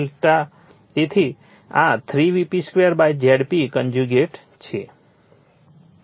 તેથી આ 3 Vp 2 Zp conjugate છે